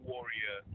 Warrior